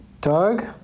Doug